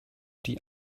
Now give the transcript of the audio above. die